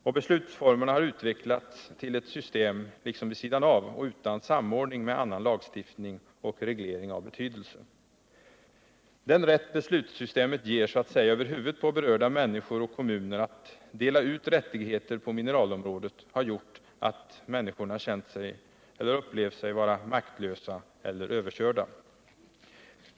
Och beslutsformerna har utvecklats till ett system liksom vid sidan av och utan samordning med annan lagstiftning och reglering av betydelse. Den rätt beslutssystemet ger så att säga över huvudet på berörda människor och kommuner att dela ut rättigheter på mineralområdet har gjort att människorna känt sig maktlösa eller överkörda.